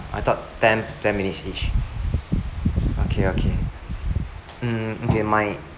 I thought ten ten minutes each okay okay mm okay my